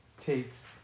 takes